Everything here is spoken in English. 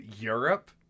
europe